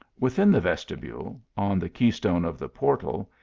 within the vestibule, on the key-stone of the portal,